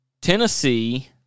Tennessee